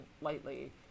lightly